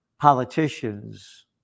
politicians